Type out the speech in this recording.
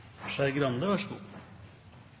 Skei Grande